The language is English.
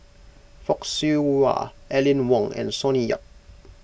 Fock Siew Wah Aline Wong and Sonny Yap